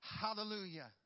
Hallelujah